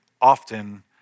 often